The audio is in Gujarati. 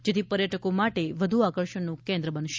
જેથી પર્યટકો માટે વધુ આકર્ષણનું કેન્દ્ર બનશે